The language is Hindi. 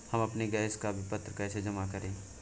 हम अपने गैस का विपत्र कैसे जमा करें?